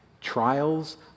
trials